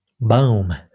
Boom